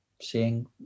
Seeing